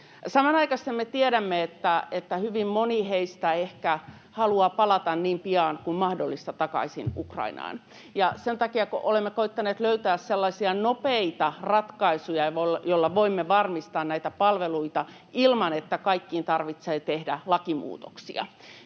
Samanaikaisesti me tiedämme, että hyvin moni heistä ehkä haluaa palata niin pian kuin mahdollista takaisin Ukrainaan. Sen takia olemme koettaneet löytää sellaisia nopeita ratkaisuja, joilla voimme varmistaa näitä palveluita ilman, että kaikkiin tarvitsee tehdä lakimuutoksia,